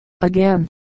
again